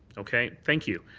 okay. thank you.